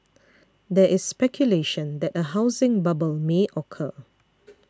there is speculation that a housing bubble may occur